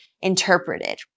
interpreted